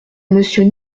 monsieur